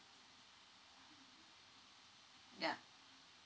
ya